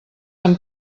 amb